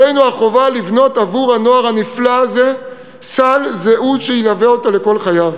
עלינו החובה לבנות עבור הנוער הנפלא הזה סל זהות שילווה אותו לכל חייו,